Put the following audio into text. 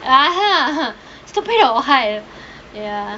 uh (huh) stupid or what ya